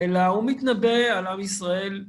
אלא הוא מתנבא על עם ישראל.